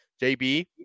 JB